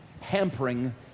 hampering